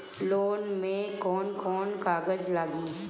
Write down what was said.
Loan में कौन कौन कागज लागी?